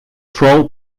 troll